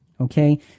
Okay